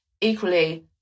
equally